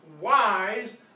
wise